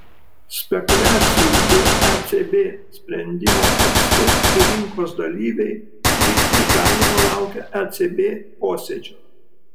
spekuliacijų dėl ecb sprendimo apstu ir rinkos dalyviai lyg išganymo laukia ecb posėdžio